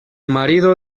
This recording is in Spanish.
marido